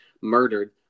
murdered